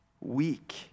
weak